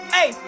Hey